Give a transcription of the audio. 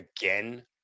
again